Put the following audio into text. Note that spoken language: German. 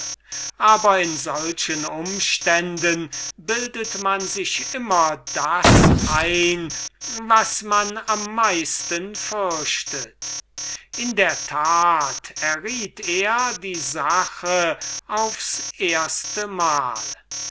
aber in solchen umständen bildet man sich immer das ein was man am meisten fürchtet in der tat erriet er die sache aufs erstemal